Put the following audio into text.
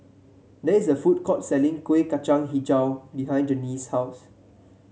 there is a food court selling Kuih Kacang hijau behind Janyce's house